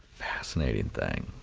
fascinating thing.